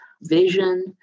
vision